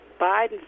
Biden